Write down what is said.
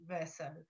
Verso